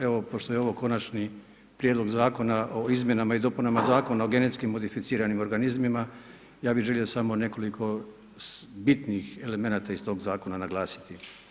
Evo pošto je ovo Konačni prijedlog zakona o izmjenama i dopunama Zakona o genetski modificiranim organizmima, ja bi želio samo nekoliko bitnih elemenata iz tog zakona naglasiti.